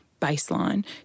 baseline